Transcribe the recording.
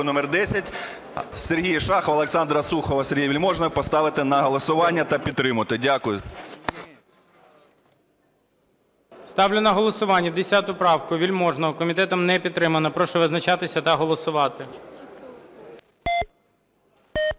номер 10 Сергія Шахова, Олександра Сухова, Сергія Вельможного поставити на голосування та підтримати. Дякую. ГОЛОВУЮЧИЙ. Ставлю на голосування 10 правку, Вельможного. Комітетом не підтримана. Прошу визначатись та голосувати.